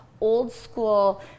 old-school